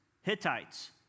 Hittites